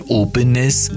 openness